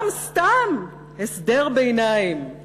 גם סתם הסדר ביניים,